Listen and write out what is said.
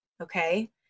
okay